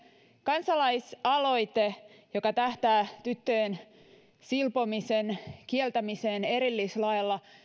kansalaisaloite joka tähtää tyttöjen silpomisen kieltämiseen erillislailla